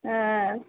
হ্যাঁ